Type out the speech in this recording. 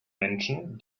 menschen